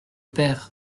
père